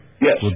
Yes